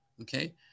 Okay